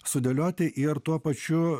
sudėlioti ir tuo pačiu